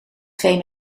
twee